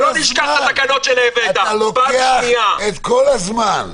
ולא נשכח את התקנות --- אתה לוקח את כל הזמן.